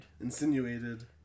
Insinuated